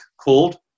called